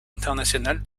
international